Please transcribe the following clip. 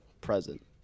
present